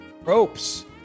ropes